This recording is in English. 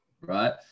right